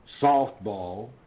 softball